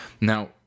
now